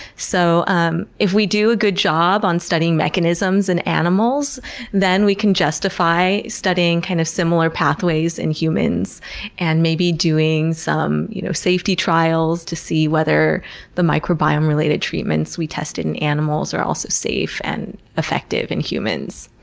so um if we do a good job on studying mechanisms in and animals then we can justify studying kind of similar similar pathways in humans and maybe doing some you know safety trials to see whether the microbiome-related treatments we tested in animals are also safe and effective in humans.